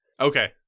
Okay